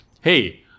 Hey